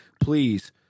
Please